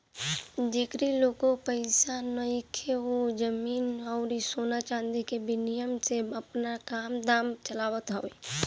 जेकरी लगे पईसा नइखे उ जमीन अउरी सोना चांदी के विनिमय से आपन काम धाम चलावत हवे